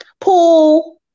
Pool